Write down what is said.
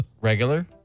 regular